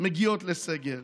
מגיעות לסגר".